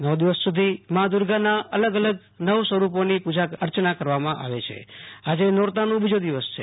નવ દિવસ સુ ધી મા દુર્ગાના અલગ અલગ નવ રૂપોની પુજા અર્ચના કરવામાં આવે છે આજે નોરતાનો બીજો દિવસ છે